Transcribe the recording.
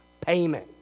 payment